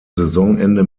saisonende